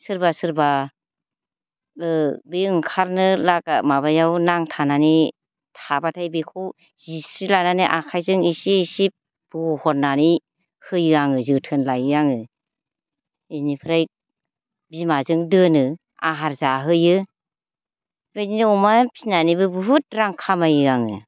सोरबा सोरबा ओ बे ओंखारनो लागा माबायाव नांथानानै थाब्लाथाय बेखौ जिस्रि लानानै आखाइजों इसे इसे बहननानै होयो आङो जोथोन लायो आङो इनिफ्राय बिमाजों दोनो आहार जाहोयो बेबायदिनो अमा फिनानैबो बहुद रां खामायो आङो